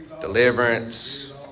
Deliverance